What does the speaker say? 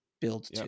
build